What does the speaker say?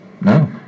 no